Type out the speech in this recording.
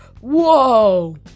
Whoa